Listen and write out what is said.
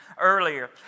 earlier